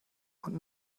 und